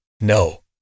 no